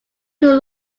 too